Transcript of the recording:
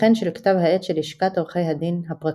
וכן של כתב העת של לשכת עורכי הדין, הפרקליט.